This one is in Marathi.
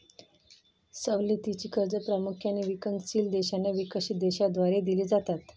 सवलतीची कर्जे प्रामुख्याने विकसनशील देशांना विकसित देशांद्वारे दिली जातात